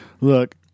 look